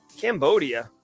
Cambodia